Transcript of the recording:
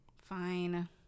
Fine